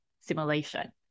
simulation